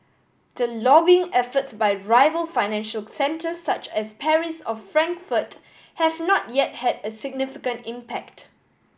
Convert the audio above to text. the lobbying efforts by rival financial centres such as Paris or Frankfurt have not yet had a significant impact